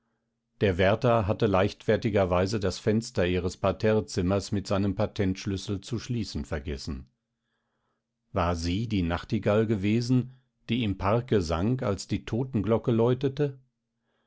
der wärter hatte leichtfertigerweise das fenster ihres parterrezimmers mit seinem patentschlüssel zu schließen vergessen war sie die nachtigall gewesen die im parke sang als die totenglocke läutete